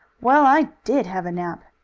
well, i did have a nap!